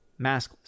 maskless